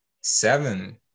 Seven